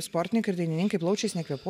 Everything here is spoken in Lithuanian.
sportininkai ir dainininkai plaučiais nekvėpuoja